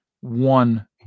One